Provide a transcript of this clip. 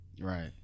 right